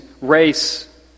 race